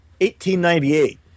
1898